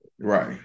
Right